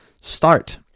start